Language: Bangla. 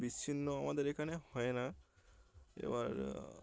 বিচ্ছিন্ন আমাদের এখানে হয় না এবার